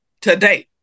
today